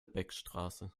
beckstraße